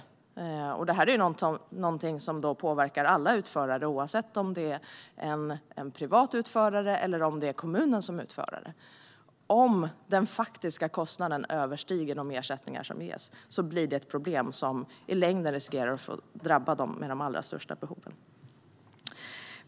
Det här är någonting som påverkar alla utförare, oavsett om det är en privat utförare eller om det är kommunen som är utföraren. Om den faktiska kostnaden överstiger de ersättningar som ges blir det ett problem som i längden riskerar att drabba dem med de allra största behoven.